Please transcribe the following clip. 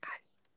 guys